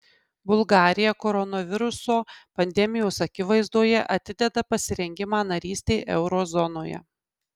bulgarija koronaviruso pandemijos akivaizdoje atideda pasirengimą narystei euro zonoje